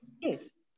yes